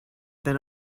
been